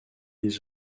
les